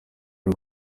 y’u